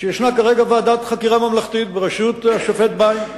שישנה כרגע ועדת חקירה ממלכתית בראשות השופט ביין,